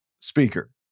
speaker